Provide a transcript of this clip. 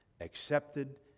accepted